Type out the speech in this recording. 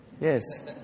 Yes